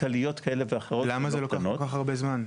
כלכליות כאלה ואחרות --- למה זה לוקח כל כך הרבה זמן?